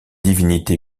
divinité